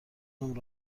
نمره